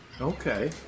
Okay